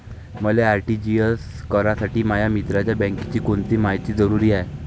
मले आर.टी.जी.एस करासाठी माया मित्राच्या बँकेची कोनची मायती जरुरी हाय?